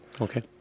Okay